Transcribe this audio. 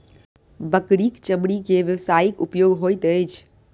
बकरीक चमड़ी के व्यवसायिक उपयोग होइत अछि